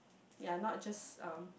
ya not just um